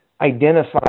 identify